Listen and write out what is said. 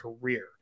career